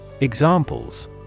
Examples